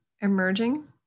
emerging